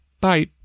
Bye